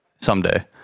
someday